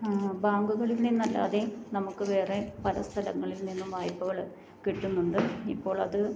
ബാങ്കുകളിൽ നിന്നല്ലാതെ നമുക്ക് വേറെ പല സ്ഥലങ്ങളിൽ നിന്നും വായ്പ്പകൾ കിട്ടുന്നുണ്ട് ഇപ്പോൾ അത്